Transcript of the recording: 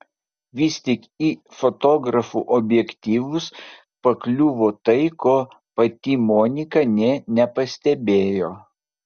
vis tik į fotografų objektyvus pakliuvo tai ko pati monika nė nepastebėjo